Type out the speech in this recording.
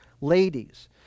ladies